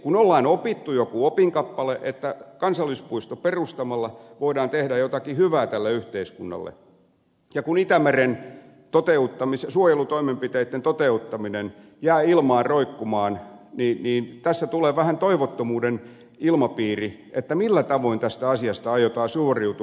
kun on opittu joku opinkappale että kansallispuisto perustamalla voidaan tehdä jotakin hyvää tälle yhteiskunnalle ja kun itämeren suojelutoimenpiteitten toteuttaminen jää ilmaan roikkumaan niin tässä tulee vähän toivottomuuden ilmapiiri että millä tavoin tästä asiasta aiotaan suoriutua